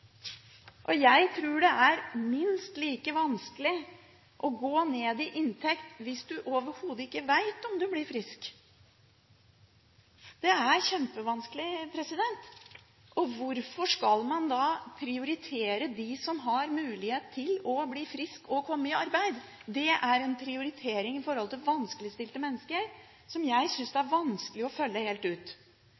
Jeg tror det er minst like vanskelig å gå ned i inntekt hvis du overhodet ikke vet om du blir frisk. Det er kjempevanskelig. Og hvorfor skal man prioritere dem som har mulighet til å bli friske og komme i arbeid? Det er en prioritering blant vanskeligstilte mennesker som jeg synes det